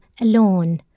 alone